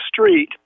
street